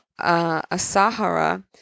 Asahara